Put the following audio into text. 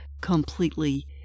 completely